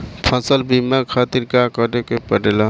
फसल बीमा खातिर का करे के पड़ेला?